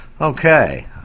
Okay